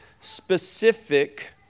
specific